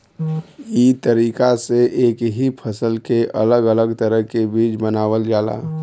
ई तरीका से एक ही फसल के अलग अलग तरह के बीज बनावल जाला